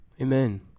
amen